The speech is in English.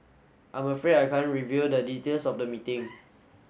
I'm afraid I can't reveal the details of the meeting